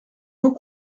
moins